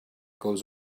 goes